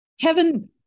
Kevin